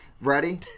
Ready